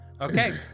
okay